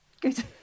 Good